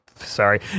Sorry